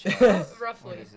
Roughly